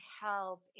help